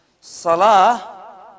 Salah